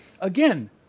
Again